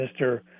Mr